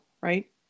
right